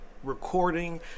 Recording